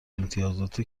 امتیازات